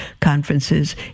conferences